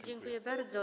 Dziękuję bardzo.